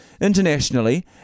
Internationally